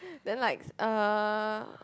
then like uh